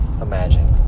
imagine